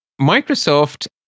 Microsoft